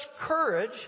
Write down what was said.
courage